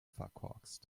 verkorkst